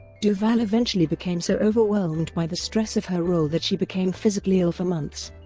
duvall eventually became so overwhelmed by the stress of her role that she became physically ill for months.